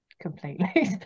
completely